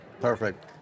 Perfect